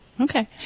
Okay